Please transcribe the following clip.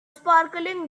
sparkling